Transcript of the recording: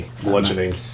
bludgeoning